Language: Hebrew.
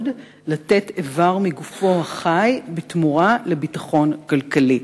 לתת איבר מגופו החי בתמורה לביטחון כלכלי.